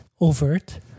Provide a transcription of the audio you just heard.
overt